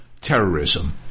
terrorism